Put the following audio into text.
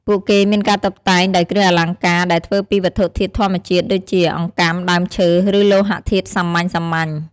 ពួកគេមានការតុបតែងដោយ គ្រឿងអលង្ការ ដែលធ្វើពី វត្ថុធាតុធម្មជាតិ ដូចជា អង្កាំ ដើមឈើ ឬលោហធាតុសាមញ្ញៗ។